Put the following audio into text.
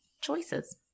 Choices